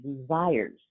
desires